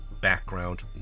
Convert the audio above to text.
background